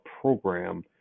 program